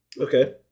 Okay